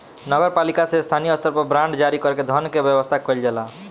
नगर पालिका से स्थानीय स्तर पर बांड जारी कर के धन के व्यवस्था कईल जाला